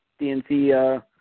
DNC